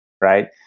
right